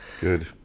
Good